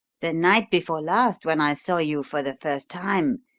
the night before last, when i saw you for the first time,